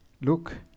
Look